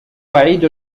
عيد